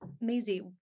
Maisie